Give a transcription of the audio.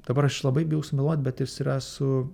dabar aš labai bijau sumeluot bet jis yra su